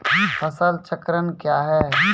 फसल चक्रण कया हैं?